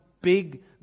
big